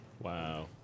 Wow